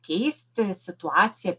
keisti situaciją